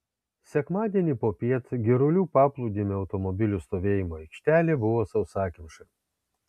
sekmadienį popiet girulių paplūdimio automobilių stovėjimo aikštelė buvo sausakimša